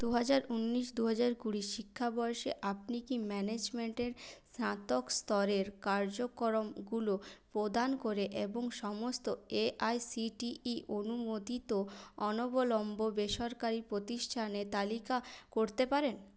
দুহাজার উন্নিশ দুহাজার কুড়ি শিক্ষাবর্ষে আপনি কি ম্যানেজমেন্টের স্নাতক স্তরের কার্যক্রমগুলো প্রদান করে এবং সমস্ত এআইসিটিই অনুমোদিত অনবলম্ব বেসরকারি প্রতিষ্ঠানের তালিকা করতে পারেন